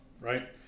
right